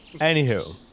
anywho